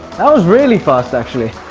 that was really fast actually!